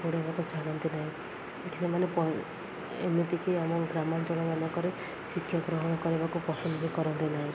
ପଢ଼େଇବାକୁ ଛାଡ଼ନ୍ତିନାହିଁ ଏ ସେମାନେ ଏମିତିକି ଆମ ଗ୍ରାମାଞ୍ଚଳମାନଙ୍କରେ ଶିକ୍ଷା ଗ୍ରହଣ କରିବାକୁ ପସନ୍ଦ ବି କରନ୍ତିନାହିଁ